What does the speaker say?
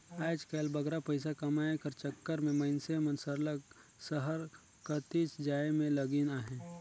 आएज काएल बगरा पइसा कमाए कर चक्कर में मइनसे मन सरलग सहर कतिच जाए में लगिन अहें